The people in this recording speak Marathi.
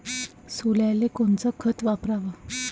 सोल्याले कोनचं खत वापराव?